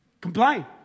Complain